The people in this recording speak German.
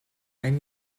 ein